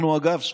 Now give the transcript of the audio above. אנחנו הגב שלך.